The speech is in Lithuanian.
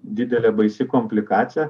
didelė baisi komplikacija